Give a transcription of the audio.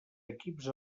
equips